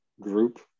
group